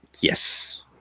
yes